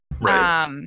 Right